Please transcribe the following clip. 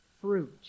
fruit